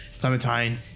Clementine